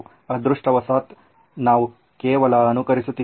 ಅದೃಷ್ಟವಶಾತ್ ನಾವು ಕೇವಲ ಅನುಕರಿಸುತ್ತಿದ್ದೇವೆ